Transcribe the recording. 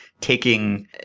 taking